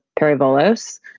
Perivolos